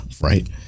right